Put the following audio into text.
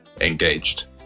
engaged